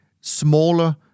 smaller